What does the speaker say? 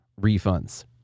refunds